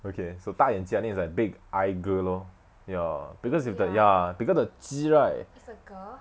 okay so 大眼鸡 I think is like big eye girl lor ya because is the ya because the 鸡 right